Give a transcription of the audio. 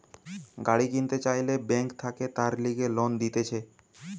গাড়ি কিনতে চাইলে বেঙ্ক থাকে তার লিগে লোন দিতেছে